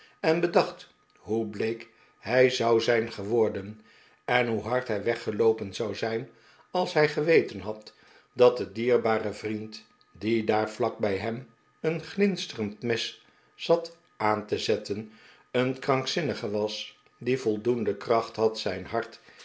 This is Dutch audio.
en bedacht hoe bleek hij zou zijn geworden en hoe hard hij weggeloopen zou zijn als hij geweten had dat de dierbare vriend die daar vlak bij hem een glinsterend mes zat aan te zetten een krankzinnige was die voldoende kracht had zijn hart